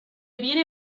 viene